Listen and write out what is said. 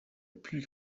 plus